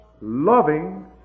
loving